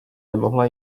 nemohla